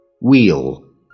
Wheel